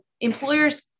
Employers